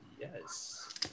Yes